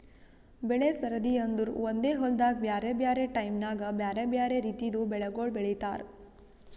ಬೆಳೆ ಸರದಿ ಅಂದುರ್ ಒಂದೆ ಹೊಲ್ದಾಗ್ ಬ್ಯಾರೆ ಬ್ಯಾರೆ ಟೈಮ್ ನ್ಯಾಗ್ ಬ್ಯಾರೆ ಬ್ಯಾರೆ ರಿತಿದು ಬೆಳಿಗೊಳ್ ಬೆಳೀತಾರ್